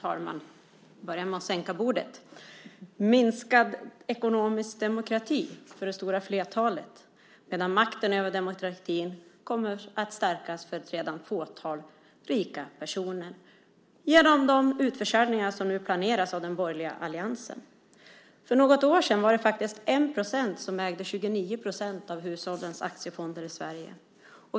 Herr talman! Det handlar om minskad ekonomisk demokrati för det stora flertalet medan makten över demokratin kommer att stärkas för ett redan fåtal rika personer genom de utförsäljningar som nu planeras av den borgerliga alliansen. För något år sedan var det faktiskt 1 % som ägde 29 % av hushållens aktiefonder i Sverige.